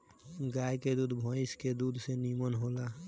गाय के दूध भइस के दूध से निमन होला